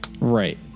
Right